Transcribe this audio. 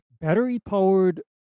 battery-powered